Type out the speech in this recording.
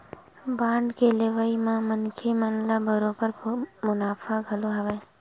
bond के लेवई म मनखे मन ल बरोबर मुनाफा घलो हवय